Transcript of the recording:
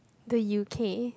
the U_K